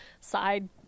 side